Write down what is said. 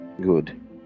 good